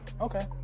Okay